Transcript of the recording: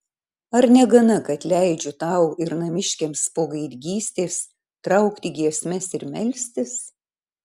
ar negana kad leidžiu tau ir namiškiams po gaidgystės traukti giesmes ir melstis